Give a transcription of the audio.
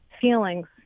feelings